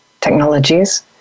technologies